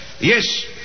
Yes